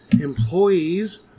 employees